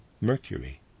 mercury